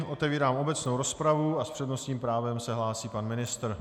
Otevírám obecnou rozpravu a s přednostním právem se hlásí pan ministr.